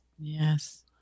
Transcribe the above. Yes